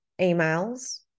emails